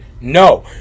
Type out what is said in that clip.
No